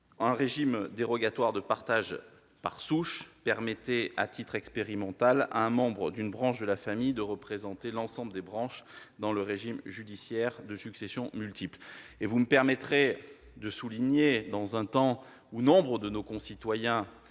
Un régime dérogatoire de partage par souche permettrait, à titre expérimental, à un membre d'une branche de la famille de représenter l'ensemble des branches dans le règlement judiciaire de successions multiples. À un moment où nombre de nos concitoyens